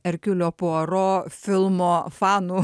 erkiulio poro filmo fanų